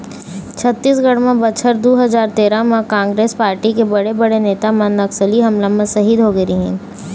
छत्तीसगढ़ म बछर दू हजार तेरा म कांग्रेस पारटी के बड़े बड़े नेता मन नक्सली हमला म सहीद होगे रहिन